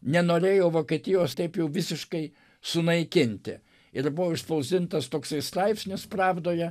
nenorėjo vokietijos taip jau visiškai sunaikinti ir buvo išspausdintas toksai straipsnius pravdoje